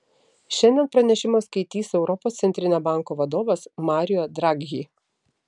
šiandien pranešimą skaitys europos centrinio banko vadovas mario draghi